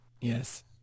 Yes